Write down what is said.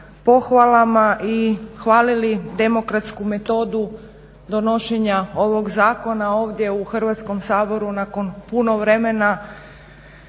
pohvalama i hvalili demokratsku metodu donošenja ovog zakona ovdje u Hrvatskom saboru, nakon puno vremena